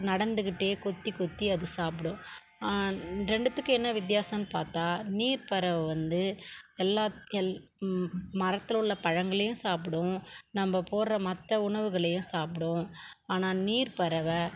நடந்துக்கிட்டே கொத்தி கொத்தி அது சாப்பிடும் ரெண்டுத்துக்கும் என்ன வித்தியாசன்னு பார்த்தா நீர்ப்பறவை வந்து எல்லாத் எல் மரத்தில் உள்ள பழங்களையும் சாப்பிடும் நம்ம போடுற மற்ற உணவுகளையும் சாப்பிடும் ஆனால் நீர்ப்பறவை